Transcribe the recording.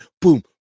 boom